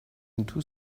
into